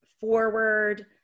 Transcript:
forward